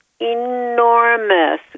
enormous